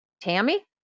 tammy